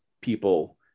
people